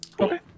Okay